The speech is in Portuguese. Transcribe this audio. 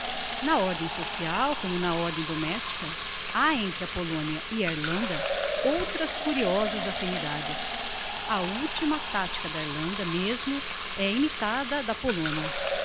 na ordem social como na ordem domestica ha entre a polonia e a irlanda outras curiosas afinidades a ultima táctica da irlanda mesmo é imitada da polonia